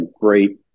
great